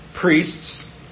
priests